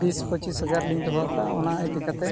ᱵᱤᱥ ᱯᱚᱸᱪᱤᱥ ᱦᱟᱡᱟᱨ ᱞᱤᱧ ᱫᱚᱦᱚ ᱟᱠᱟᱫᱼᱟ ᱚᱱᱟ ᱤᱫᱤ ᱠᱟᱛᱮ